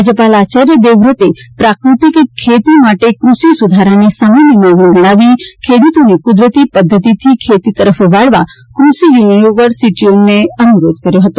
રાજ્યપાલ આચાર્ય દેવવ્રતે પ્રાકૃતિક ખેતી માટે કૃષિ સુધારાને સમયની માગણી ગણાવીને ખેડૂતોને કુદરતી પધ્ધતીથી ખેતી તરફ વાળવા કૃષિ યુનિવર્સિટીઓના અનુરોધ કર્યો હતો